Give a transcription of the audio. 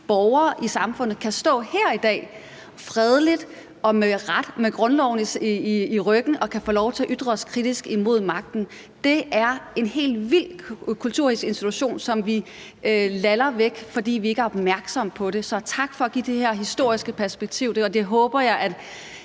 borgere i samfundet kan stå her i dag, fredeligt og med grundloven i ryggen, og kan få lov til at ytre os kritisk imod magten. Det er en helt vild kulturhistorisk institution, som vi laller væk, fordi vi ikke er opmærksomme på det. Så tak for at give det her historiske perspektiv. Det håber jeg at